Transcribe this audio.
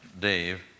Dave